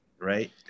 Right